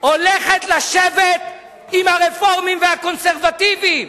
הולכת לשבת עם הרפורמים והקונסרבטיבים.